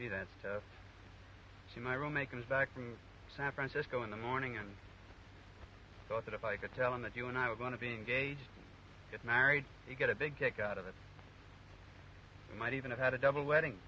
see that's she my roommate comes back from san francisco in the morning and i thought that if i could tell him that you and i were going to be engaged get married you get a big kick out of it i might even have had a double wedding